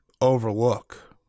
overlook